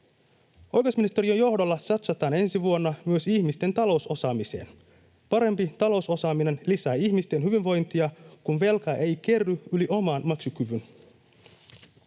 Oikeusministeriön johdolla satsataan ensi vuonna myös ihmisten talousosaamiseen. Parempi talousosaaminen lisää ihmisten hyvinvointia, kun velkaa ei kerry yli oman maksukyvyn.